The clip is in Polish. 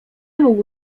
mógł